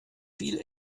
viel